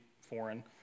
foreign